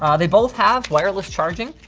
um they both have wireless charging.